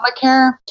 Obamacare